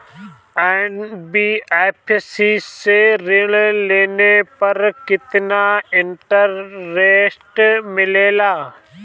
NBFC से ऋण लेने पर केतना इंटरेस्ट मिलेला?